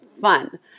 fun